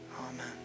Amen